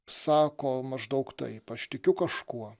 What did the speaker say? sako maždaug taip aš tikiu kažkuo